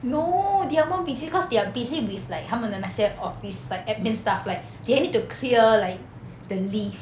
no they're more busy cause they are busy with like 他们的那些 office s~ like admin stuff like they need to clear like the leave